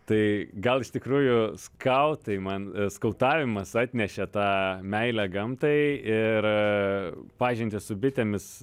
tai gal iš tikrųjų skautai man skautavimas atnešė tą meilę gamtai ir pažintį su bitėmis